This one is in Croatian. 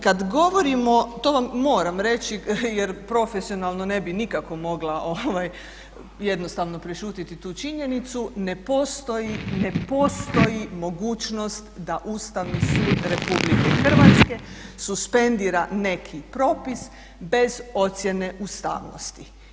Kad govorimo, to vam moram reći jer profesionalno ne bi nikako mogla jednostavno prešutiti tu činjenicu, ne postoji mogućnost da Ustavni sud RH suspendira neki propis bez ocjene ustavnosti.